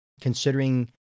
considering